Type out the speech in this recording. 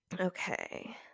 Okay